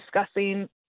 discussing